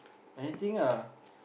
anything ah